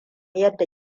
yadda